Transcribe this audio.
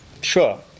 Sure